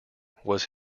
was